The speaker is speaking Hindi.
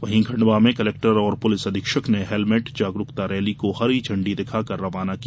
वहीं खण्डवा में कलेक्टर और पुलिस अधीक्षक ने हेलमेट जागरुकता रैली को हरी झण्डी दिखाकर रवाना किया